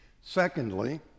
Secondly